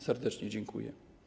Serdecznie dziękuję.